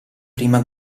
prima